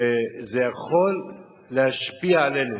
שזה יכול להשפיע עלינו.